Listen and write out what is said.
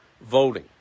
voting